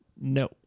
No